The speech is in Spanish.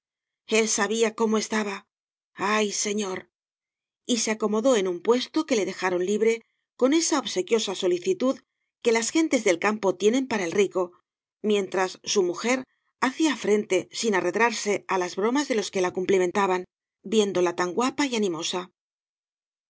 el sabia cómo estaba ay señor y se acomodó en un puesto que le dejaron libre con esa obsequiosa solicitud que las gentes del campo tienen para el rico mientras su mujer hacía frente sin arredrarse á las bromas de los que la cumplimentaban viéndola tan guapa y animosa